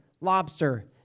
lobster